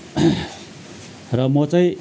र म चाहिँ